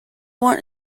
want